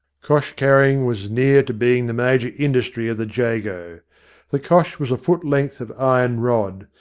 cosh-carrying was near to being the major industry of the jago. the cosh was a foot length of iron rod,